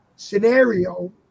Scenario